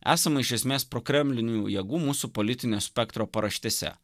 esame iš esmės prokremlinių jėgų mūsų politinio spektro paraštėse